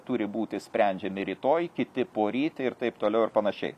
turi būti sprendžiami rytoj kiti poryt ir taip toliau ir panašiai